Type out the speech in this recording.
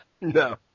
No